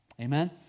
Amen